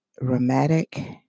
rheumatic